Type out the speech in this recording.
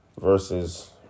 versus